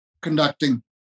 conducting